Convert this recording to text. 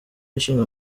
ishinga